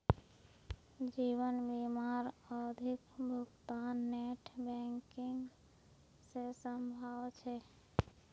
जीवन बीमार आवधिक भुग्तान नेट बैंकिंग से संभव छे?